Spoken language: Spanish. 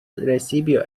recibió